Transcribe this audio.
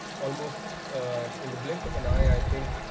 almost in the blink of an eye, i think,